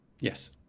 Yes